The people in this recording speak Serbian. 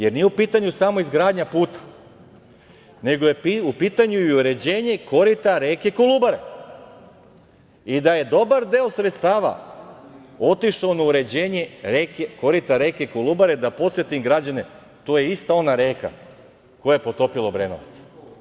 Jer, nije u pitanju samo izgradnja puta, nego je u pitanju i uređenje korita reke Kolubare i da je dobar deo sredstava otišao na uređenje korita reke Kolubare, da podsetim građane, to je ista ona reka koja je potopila Obrenovac.